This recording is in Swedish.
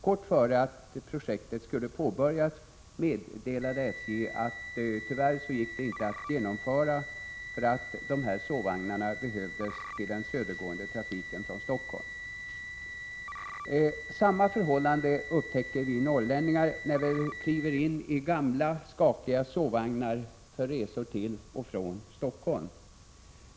Kort tid innan projektet skulle påbörjas meddelade SJ att det tyvärr inte gick att genomföra, för dessa sovvagnar behövdes till den södergående trafiken från Stockholm. Samma förhållande upptäcker vi norrlänningar när vi kliver in i gamla, skakiga sovvagnar för resor till och från Stockholm.